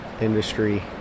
industry